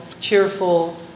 cheerful